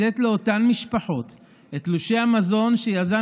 לתת לאותן משפחות את תלושי המזון שיזם